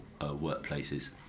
workplaces